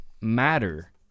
matter